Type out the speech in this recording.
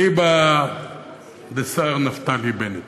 אליבא דשר נפתלי בנט.